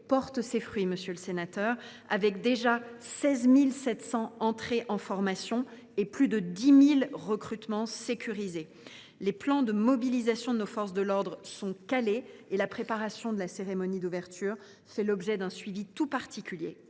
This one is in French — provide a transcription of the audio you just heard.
porte ses fruits, avec 16 700 entrées en formation et plus de 10 000 recrutements sécurisés ; les plans de mobilisation de nos forces de l’ordre sont calés ; et la préparation de la cérémonie d’ouverture fait l’objet d’un suivi particulier.